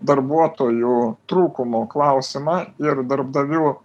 darbuotojų trūkumo klausimą ir darbdavių